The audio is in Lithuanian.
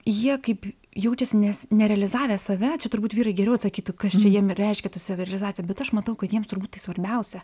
jie kaip jaučiasi nes nerealizavę save čia turbūt vyrai geriau atsakytų kas čia jiem reiškia ta savirealizacija bet aš matau kad jiems turbūt tai svarbiausia